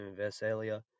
Vesalia